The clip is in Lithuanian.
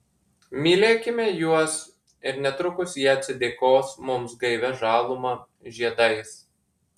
mylėkime juos ir netrukus jie atsidėkos mums gaivia žaluma žiedais